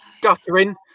guttering